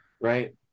right